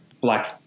black